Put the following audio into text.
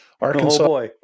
Arkansas